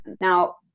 now